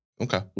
Okay